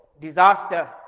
disaster